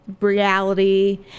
reality